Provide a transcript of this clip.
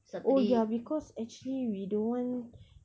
oh ya because actually we don't want